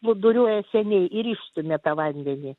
plūduriuoja seniai ir išstumia tą vandenį